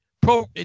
pro